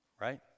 Right